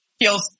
Feels